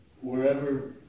wherever